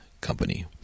company